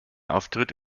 auftritt